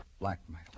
Blackmail